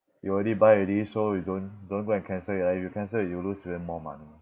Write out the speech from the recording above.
you already buy already so you don't don't go and cancel it ah you cancel you lose even more money